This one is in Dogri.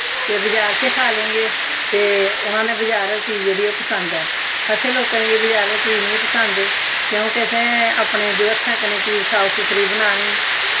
ते बजार से खाऽ लैंगे ते उन्ना नै बजार जेह्ड़ी चीज ऐ ओह् पसंद ऐ असें लोकें ई एह् बजार आह्ली चीज नेईं पसंद क्युंकि असें अपने हत्थें कन्नै जो चीज साफ सूथरी बनानी